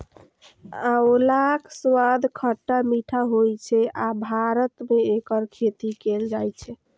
आंवलाक स्वाद खट्टा मीठा होइ छै आ भारत मे एकर खेती कैल जाइ छै